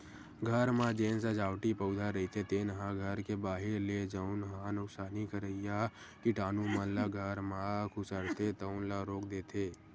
घर म जेन सजावटी पउधा रहिथे तेन ह घर के बाहिर ले जउन ह नुकसानी करइया कीटानु मन ल घर म खुसरथे तउन ल रोक देथे